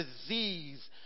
disease